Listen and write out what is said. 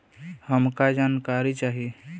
हमका जानकारी चाही?